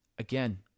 Again